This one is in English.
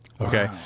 Okay